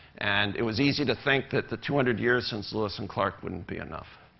and it was easy to think that the two hundred years since lewis and clark wouldn't be enough.